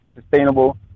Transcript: sustainable